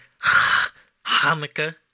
Hanukkah